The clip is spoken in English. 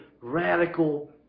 radical